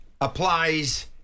applies